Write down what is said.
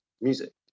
music